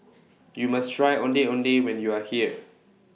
YOU must Try Ondeh Ondeh when YOU Are here